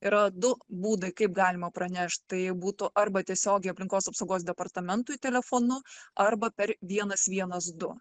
yra du būdai kaip galima pranešt tai būtų arba tiesiogiai aplinkos apsaugos departamentui telefonu arba per vienas vienas du